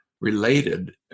related